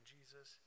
Jesus